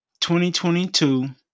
2022